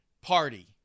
party